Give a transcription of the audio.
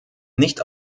nicht